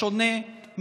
בשונה,